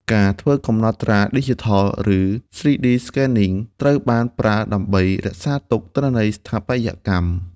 ការធ្វើកំណត់ត្រាឌីជីថល (ឬ 3D Scanning) ត្រូវបានប្រើដើម្បីរក្សាទុកទិន្នន័យស្ថាបត្យកម្ម។